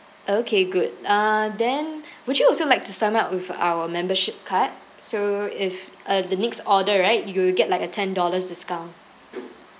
oh okay good uh then would you also like to sign up with our membership card so if uh the next order right you will get like a ten dollars discount